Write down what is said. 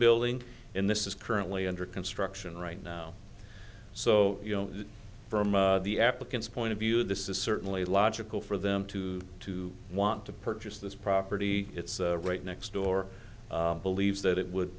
building in this is currently under construction right now so you know from the applicant's point of view this is certainly logical for them to to want to purchase this property it's right next door believes that it would